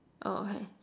oh okay